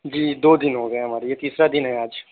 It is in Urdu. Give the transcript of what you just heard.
جی دو دن ہو گئے ہیں ہمارے یہ تیسرا دن ہے آج